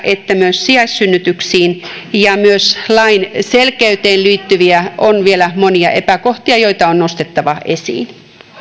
sijaissynnytyksiin että myös lain selkeyteen liittyen on vielä monia epäkohtia joita on nostettava esiin